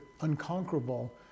unconquerable